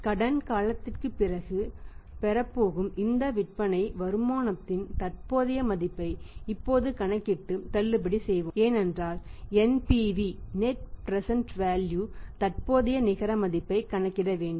கடன் காலத்திற்குப் பிறகு பெறப் போகும் இந்த விற்பனை வருமானத்தின் தற்போதைய மதிப்பை இப்போது கணக்கிட்டு தள்ளுபடி செய்வோம் ஏனென்றால் NPV தற்போதைய நிகர மதிப்பைக் கணக்கிட வேண்டும்